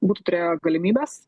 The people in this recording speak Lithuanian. būtų turėję galimybes